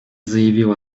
заявил